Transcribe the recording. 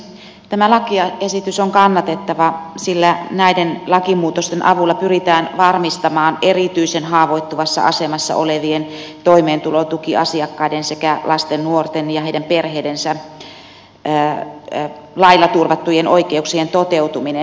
tämä lakiesitys on kannatettava sillä näiden lakimuutosten avulla pyritään varmistamaan erityisen haavoittuvassa asemassa olevien toimeentulotukiasiakkaiden sekä lasten nuorten ja heidän perheidensä lailla turvattujen oikeuksien toteutuminen